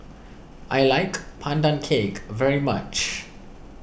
I like Pandan Cake very much